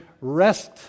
Rest